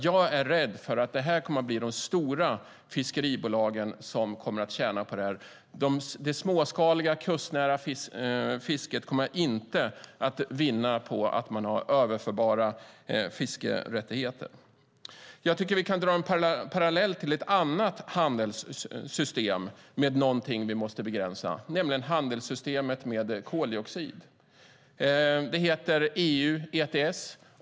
Jag är rädd för att det kommer att bli de stora fiskeribolagen som kommer att tjäna på det här. Det småskaliga, kustnära fisket kommer inte att vinna på att man har överförbara fiskerättigheter. Jag tycker att vi kan dra en parallell till ett annat handelssystem med någonting som vi måste begränsa, nämligen handelssystemet med koldioxid. Det heter EU ETS.